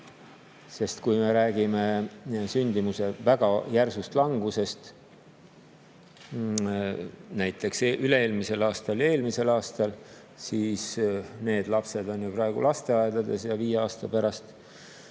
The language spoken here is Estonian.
Sest kui me räägime sündimuse väga järsust langusest, näiteks üle-eelmisel ja eelmisel aastal, siis need lapsed on ju praegu lasteaedades ja viie aasta pärast